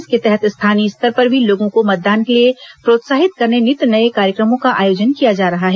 इसके तहत स्थानीय स्तर पर भी लोगों को मतदान के लिए प्रोत्साहित करने नित नए कार्यक्रमों का आयोजन किया जा रहा है